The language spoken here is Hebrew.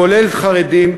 כולל חרדים,